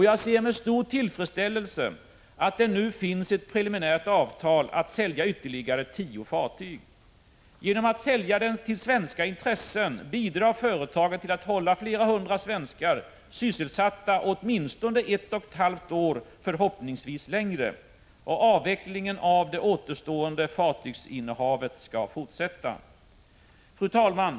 Jag ser med stor tillfredsställelse att det nu finns ett preliminärt avtal att sälja ytterligare tio fartyg. Genom att sälja till svenska intressen bidrar företaget till att hålla flera hundra svenskar sysselsatta åtminstone ett och ett halvt år — förhoppningsvis längre. Avvecklingen av det återstående fartygsinnehavet fortsätter. Fru talman!